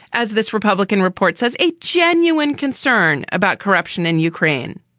as this republican report says, a genuine concern about corruption in ukraine,